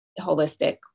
holistic